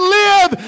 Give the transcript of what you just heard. live